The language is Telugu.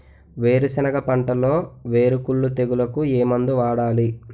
వేరుసెనగ పంటలో వేరుకుళ్ళు తెగులుకు ఏ మందు వాడాలి?